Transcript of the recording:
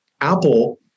Apple